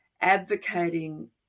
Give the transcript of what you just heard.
advocating